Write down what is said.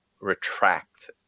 retract